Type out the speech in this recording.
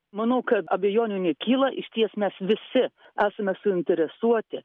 manau kad abejonių nekyla išties mes visi esame suinteresuoti